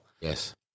Yes